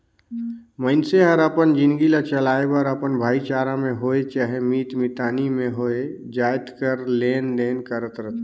मइनसे हर अपन जिनगी ल चलाए बर अपन भाईचारा में होए चहे मीत मितानी में होए जाएत कर लेन देन करत रिथे